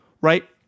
right